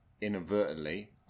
Inadvertently